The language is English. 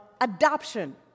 adoption